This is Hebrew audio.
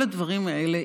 כל הדברים האלה,